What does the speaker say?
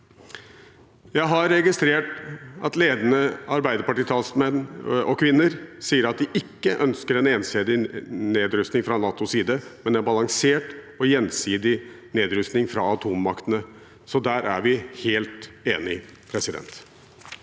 Jeg har registrert at ledende arbeiderpartitalsmenn og -kvinner sier at de ikke ønsker en ensidig nedrustning fra NATOs side, men en balansert og gjensidig nedrustning fra atommaktene. Så der er vi helt enige. Trine